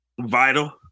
vital